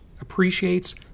appreciates